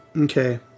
Okay